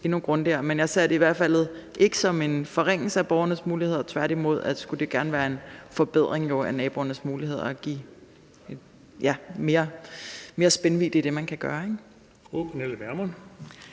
det i hvert fald ikke som en forringelse af borgernes muligheder; tværtimod skulle det jo gerne være en forbedring af naboernes muligheder, nemlig at give mere spændvidde i det, man kan gøre, ikke? Kl.